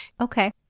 Okay